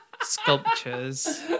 sculptures